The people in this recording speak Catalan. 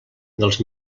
dels